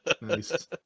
Nice